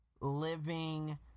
living